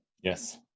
Yes